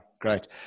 great